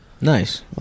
Nice